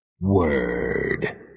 Word